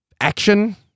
Action